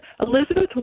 Elizabeth